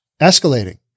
escalating